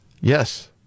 Yes